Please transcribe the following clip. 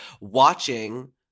watching